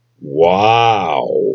Wow